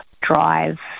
drive